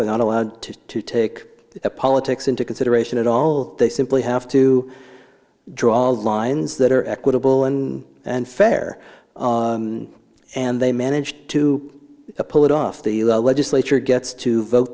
they're not allowed to take the politics into consideration at all they simply have to draw lines that are equitable and unfair and they managed to pull it off the legislature gets to vote